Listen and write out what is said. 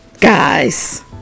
guys